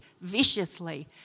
viciously